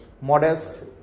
Modest